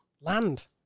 land